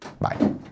Bye